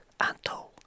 Anto